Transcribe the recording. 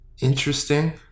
interesting